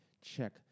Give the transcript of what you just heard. check